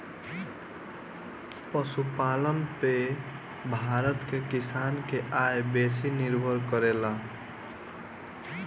पशुपालन पे भारत के किसान के आय बेसी निर्भर करेला